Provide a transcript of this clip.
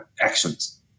actions